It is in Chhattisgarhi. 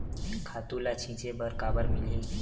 खातु ल छिंचे बर काबर मिलही?